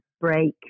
break